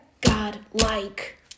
God-like